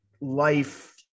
life